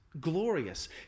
glorious